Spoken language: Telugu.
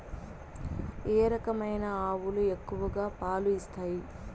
ఏ రకమైన ఆవులు ఎక్కువగా పాలు ఇస్తాయి?